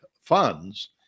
funds